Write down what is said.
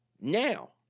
Now